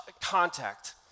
contact